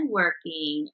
working